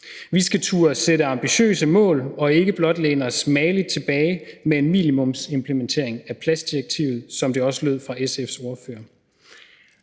Vi skal turde sætte ambitiøse mål og ikke blot læne os mageligt tilbage med en minimumsimplementering af plastdirektivet, sådan som det også lød fra SF's ordfører.